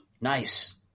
Nice